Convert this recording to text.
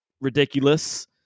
ridiculous